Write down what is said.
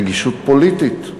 רגישות פוליטית.